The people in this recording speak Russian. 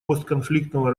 постконфликтного